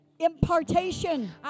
impartation